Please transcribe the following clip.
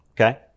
Okay